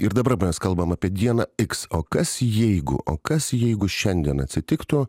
ir dabar mes kalbame apie diena x o kas jeigu o kas jeigu šiandien atsitiktų